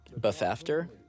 Buff-after